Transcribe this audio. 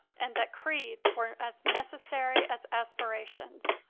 and that creeds were as necessary as aspirations.